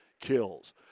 kills